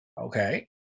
Okay